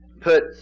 put